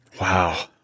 Wow